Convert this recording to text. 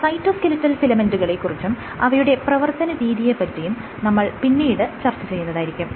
cytoskeletal ഫിലമെന്റുകളെ കുറിച്ചും അവയുടെ പ്രവർത്തന രീതിയെപറ്റിയും നമ്മൾ പിന്നീട് വിശദമായി ചർച്ചചെയ്യുന്നതായിരിക്കും